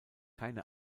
keine